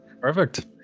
Perfect